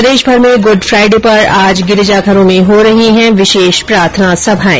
प्रदेशभर में Good Friday पर आज गिरिजाघरों में हो रही है विशेष प्रार्थना सभाएं